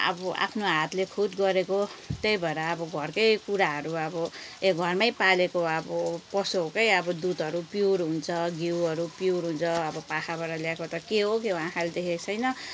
अब आफ्नो हातले खुद गरेको त्यही भएर अब घरकै कुराहरू अब ए घरमै पालेको अब पशुहरूकै अब दुधहरू पिउर हुन्छ घिउहरू पिउर हुन्छ अब पाखाबाट ल्याएको त के हो के हो आँखाले देखेको छैन